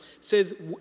says